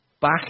back